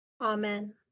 Amen